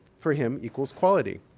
for him, equals quality.